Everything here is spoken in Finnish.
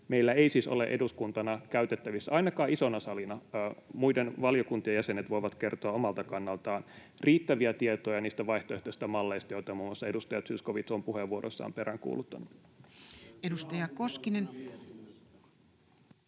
meillä ei siis ole eduskuntana käytettävissä — ainakaan isona salina, muiden valiokuntien jäsenet voivat kertoa omalta kannaltaan — riittäviä tietoja niistä vaihtoehtoisista malleista, joita muun muassa edustaja Zyskowicz on puheenvuoroissaan peräänkuuluttanut. [Ben